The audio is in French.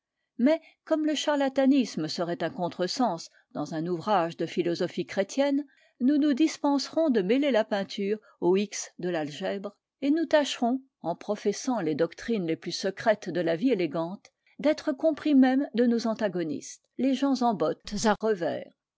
mais comme le charlatanisme serait un contre-sens dans un ouvrage de philosophie chrétienne nous nous dispenserons de mêler la peinture aux x de l'algèbre et nous tâcherons en professant les doctrines les plus secrètes de la vie élégante d'être compris même de nos antagonistes les gens en bottes à revers